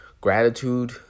gratitude